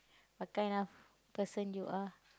what kind of person you are